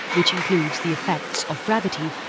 which includes the effects of gravity,